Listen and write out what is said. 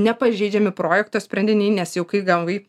nepažeidžiami projekto sprendiniai nes jau kai gavai